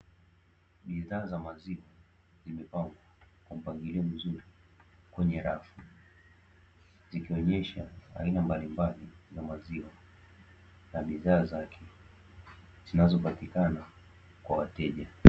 Bidhaa za maziwa zimepangwa kwa mpangilio mzuri kwenye rafu, zikionyesha aina mbalimbali za maziwa na bidhaa zake. Zinazopatikana kwa wateja.